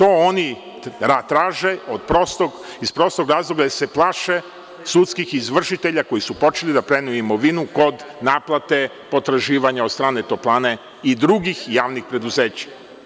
Oni to traže iz prostog razloga, plaše se sudskih izvršitelja koji su počeli da plene imovinu kod naplate potraživanja od strane „Toplane“ i drugih javnih preduzeća.